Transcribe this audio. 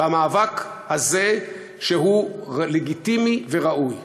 המתווה הזה נועד לשים